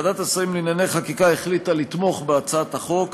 ועדת השרים לענייני חקיקה החליטה לתמוך בהצעת החוק,